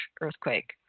earthquake